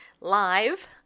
Live